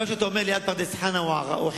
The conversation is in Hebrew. מה שאתה אומר לי על פרדס-חנה או חדרה,